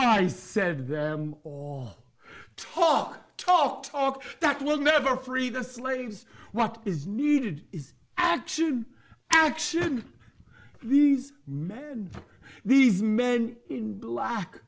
i said them all talk talk talk that will never free the slaves what is needed is action action these man these men in black